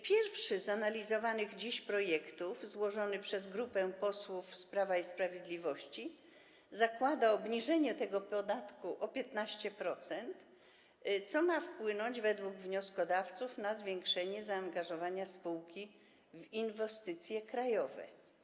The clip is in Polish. Pierwszy z analizowanych dziś projektów, złożony przez grupę posłów z Prawa i Sprawiedliwości, zakłada obniżenie tego podatku o 15%, co ma wpłynąć, według wnioskodawców, na zwiększenie zaangażowania spółki w inwestycje krajowe.